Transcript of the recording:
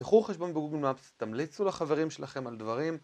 פתחו חשבון בגוגל מאפס, תמליצו לחברים שלכם על דברים